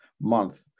month